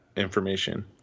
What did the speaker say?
information